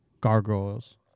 Gargoyles